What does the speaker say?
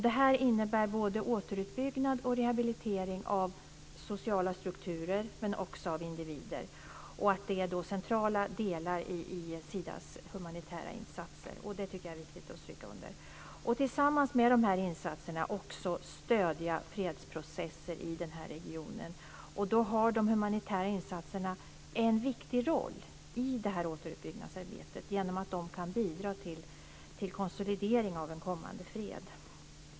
Detta innebär både återuppbyggnad och rehabilitering av sociala strukturer, men också av individer. Det är centrala delar i Sidas humanitära insatser - det tycker jag är viktigt att stryka under. Tillsammans med de här insatserna ska vi också stödja fredsprocesser i regionen. De humanitära insatserna har då en viktig roll i återuppbyggnadsarbetet genom att de kan bidra till konsolidering av en kommande fred.